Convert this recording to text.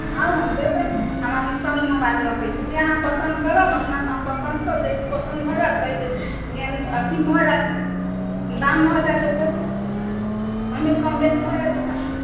आउ हम देबै हम अहाँके सभ रङ्ग मोबाइल रखैत छी जे अहाँ पसन्द करब अपना पसन्दसँ जे पसन्द भऽ जायत ताहि अथी भऽ जायत दाम भऽ जायत ओकर ओहिमे कम बेसी भऽ जायत अपन